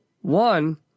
One